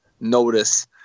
notice